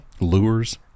Lures